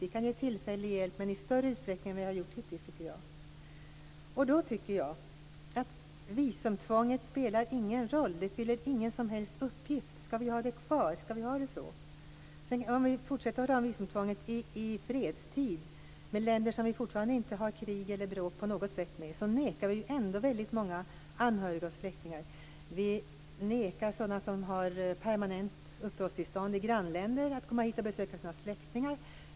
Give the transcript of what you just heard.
Vi kan ge tillfällig hjälp, men i större utsträckning än vad vi har gjort hittills. Då tycker jag att visumtvånget inte spelar någon roll. Det fyller ingen som helst funktion. Skall vi ha det kvar? Skall vi ha det så? Om vi fortsätter med visumtvång i fredstid, gentemot länder som vi fortfarande inte på något sätt krigar eller bråkar med, nekar vi ändå väldigt många anhöriga och släktingar att komma hit. Vi nekar sådana som har permanent uppehållstillstånd i granländerna att komma hit och besöka sina släktingar.